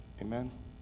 Amen